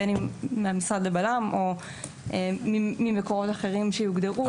בין אם המשרד לביטחון לאומי או ממקורות אחרים שיוגדרו.